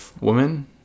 woman